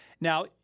Now